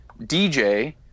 DJ